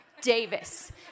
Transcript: Davis